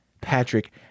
Patrick